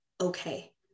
okay